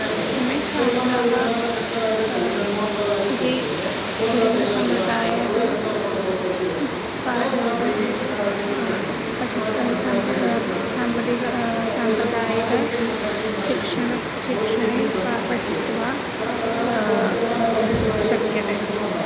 सम्यक् छात्राः वे वेदसाम्प्रदयं पाठयति पठति सम्प्रदायः साम्प्रदिका साम्प्रदायिकशिक्षणं शिक्षणे पा पठित्वा शक्यते